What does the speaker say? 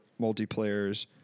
multiplayers